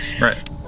Right